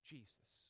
Jesus